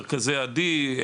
מרכזי עדי,